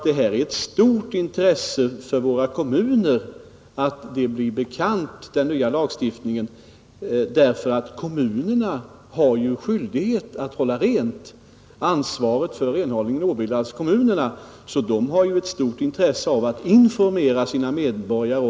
Det är ett stort intresse för våra kommuner att den nya lagstiftningen blir bekant. Ansvaret för renhållningen åvilar kommunerna, och de har därför ett stort intresse av att informera sina medborgare.